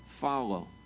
Follow